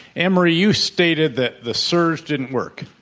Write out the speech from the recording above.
anne-marie, you stated that the surge didn't work.